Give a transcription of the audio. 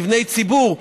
מבני ציבור,